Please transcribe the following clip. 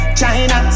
China